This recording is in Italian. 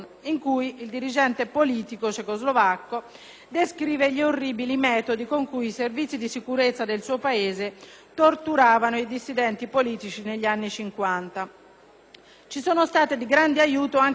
descrive gli orribili metodi con cui i servizi di sicurezza del suo Paese torturavano i dissidenti politici negli anni Cinquanta); ci sono state di grande aiuto anche le sentenze della Corte europea sui diritti dell'uomo